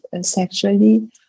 sexually